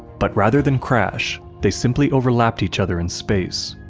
but rather than crash, they simply overlapped each other in space,